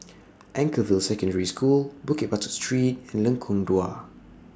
Anchorvale Secondary School Bukit Batok Street and Lengkong Dua